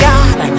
God